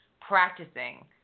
practicing